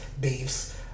beefs